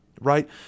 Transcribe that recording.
right